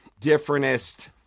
differentest